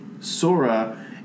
Sora